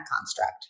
construct